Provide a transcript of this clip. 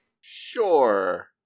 Sure